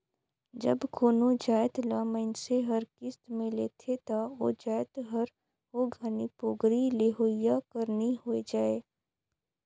जब कोनो जाएत ल मइनसे हर किस्त में लेथे ता ओ जाएत हर ओ घनी पोगरी लेहोइया कर नी होए जाए